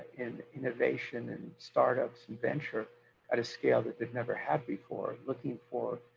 in innovation, and startups and venture at a scale that they've never had before, looking for,